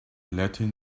latin